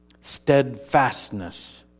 steadfastness